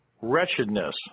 wretchedness